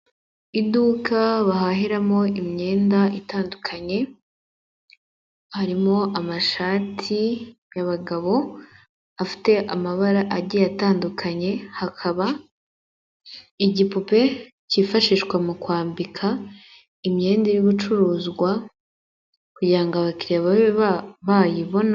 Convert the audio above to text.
Iduka bahaheramo imyenda itandukanye, harimo amashati y'abagabo, afite amabara agiye atandukanye, hakaba igipupe cyifashishwa mu kwambika imyenda iri gucuruzwa, kugira ngo abakiriya babe bayibona.